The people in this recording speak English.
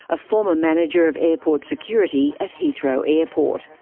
a former manager of airport security at heathrow airport.